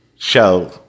show